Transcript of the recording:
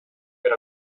per